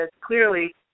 clearly